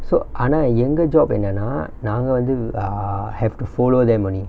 so ஆனா எங்க:aanaa enga job என்னனா நாங்க வந்து:ennanaa naanga vanthu uh err have to follow them only